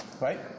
Right